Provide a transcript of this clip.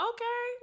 Okay